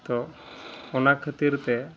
ᱛᱚ ᱚᱱᱟ ᱠᱷᱟᱹᱛᱤᱨ ᱛᱮ